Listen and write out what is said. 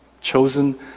chosen